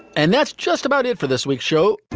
and that's just about it for this week's show.